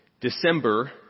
December